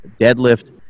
deadlift